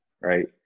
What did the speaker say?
right